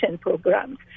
programs